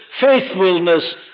faithfulness